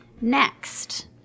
Next